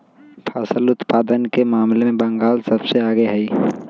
फसल उत्पादन के मामले में बंगाल सबसे आगे हई